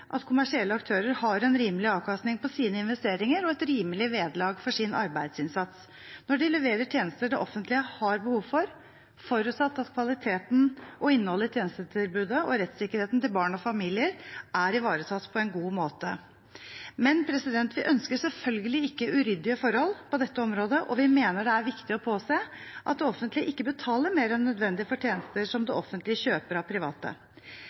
at kommersielle aktører har en rimelig avkastning på sine investeringer og et rimelig vederlag for sin arbeidsinnsats, når de leverer tjenester det offentlige har behov for, forutsatt at kvaliteten og innholdet i tjenestetilbudet og rettssikkerheten til barn og familier er ivaretatt på en god måte. Men vi ønsker selvfølgelig ikke uryddige forhold på dette området, og vi mener det er viktig å påse at det offentlige ikke betaler mer enn nødvendig for tjenester som det offentlige kjøper av private.